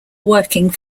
working